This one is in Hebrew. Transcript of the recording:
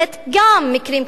גם מקרים כאלה,